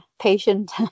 patient